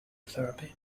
therapy